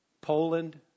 Poland